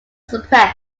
suppressed